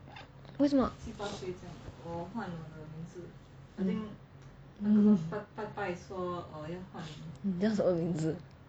你叫什么名字